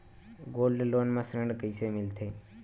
Gold loan म ऋण कइसे मिलथे?